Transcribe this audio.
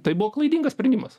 tai buvo klaidingas sprendimas